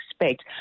expect